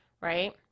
right